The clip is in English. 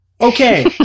Okay